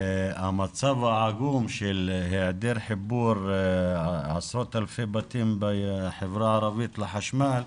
המצב העגום של העדר חיבור עשרות אלפי בתים בחברה הערבית לחשמל,